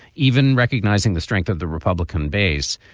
even recognizing the strength of the republican base,